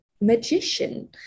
magician